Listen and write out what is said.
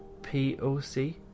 POC